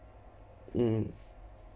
hmm